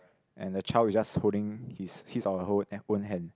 and a child is just holding his his our hold hand own hand